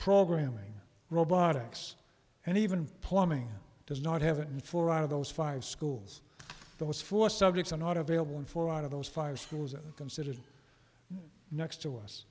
programming robotics and even plumbing does not have it in four out of those five schools those four subjects are not available and four out of those five schools are considered next to us